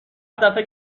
دفه